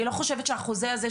אני לא חושבת שהחוזה הזה,